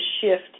shift